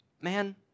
man